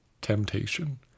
temptation